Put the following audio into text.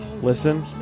listen